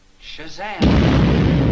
Shazam